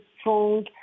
strong